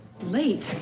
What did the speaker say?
late